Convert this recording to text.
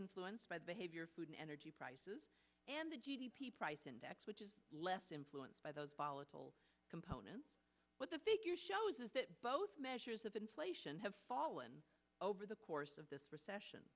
influenced by behavior food and energy prices and the g d p price index which is less influenced by those volatile components with the figure shows is that both measures of inflation have fallen over the course of this recession